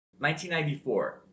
1994